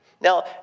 Now